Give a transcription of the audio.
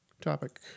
topic